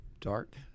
dark